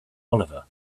oliver